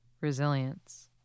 Resilience